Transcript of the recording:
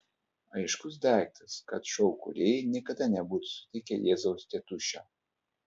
aiškus daiktas kad šou kūrėjai niekada nebuvo sutikę jėzaus tėtušio